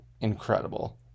incredible